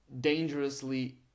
dangerously